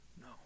No